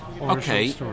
Okay